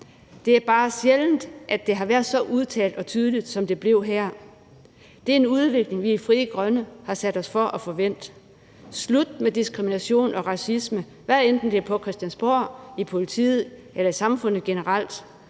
Det er bare sjældent, at det har været så udtalt og tydeligt, som det blev her. Det er en udvikling, vi i Frie Grønne har sat os for at få vendt: Ud med diskrimination og racisme, hvad enten det er på Christiansborg, i politiet eller i samfundet generelt,